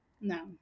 No